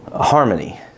harmony